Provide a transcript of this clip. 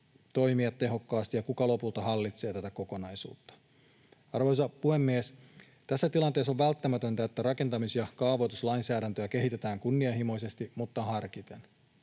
toimia tehokkaasti, ja kuka lopulta hallitsee tätä kokonaisuutta? Arvoisa puhemies! Tässä tilanteessa on välttämätöntä, että rakentamis- ja kaavoituslainsäädäntöä kehitetään kunnianhimoisesti, mutta harkiten.